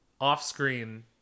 Off-screen